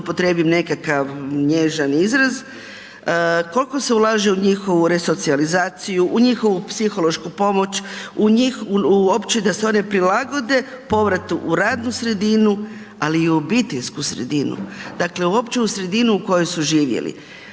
upotrijebim nekakav nježan izraz, koliko se ulaže u njihovu resocijalizaciju, u njihovu psihološku pomoć, uopće da se oni prilagode povratu u radnu sredinu ali i u obiteljsku sredinu. Dakle uopće u sredinu u kojoj su živjeli.